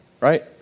right